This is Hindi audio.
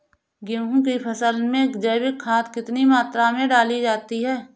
गेहूँ की फसल में जैविक खाद कितनी मात्रा में डाली जाती है?